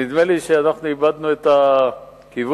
נדמה לי שאנחנו איבדנו את הכיוון.